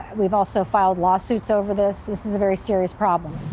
and we've also filed lawsuits over this. this is a very serious problem.